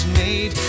made